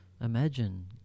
imagine